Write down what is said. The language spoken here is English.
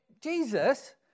Jesus